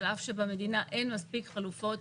על אף שבמדינה אין מספיק חלופות,